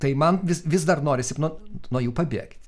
tai man vis vis dar norisi nu nuo jų pabėgti